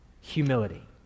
Humility